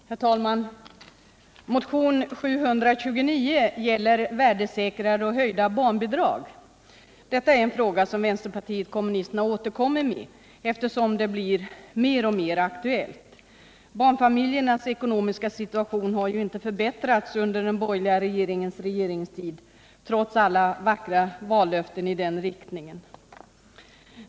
Herr talman! Motionen 729 gäller värdesäkrade och höjda barnbidrag. Detta är en fråga som vänsterpartiet kommunisterna återkommer med, eftersom den blir mer och mer aktuell. Barnfamiljernas ekonomiska situation har inte förbättrats under den borgerliga regeringens regeringstid trots alla vackra vallöften i den riktningen.